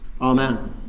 Amen